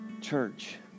Church